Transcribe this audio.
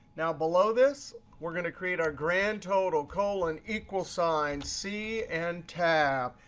now below this, we're going to create our grand total colon equals sign c and tab.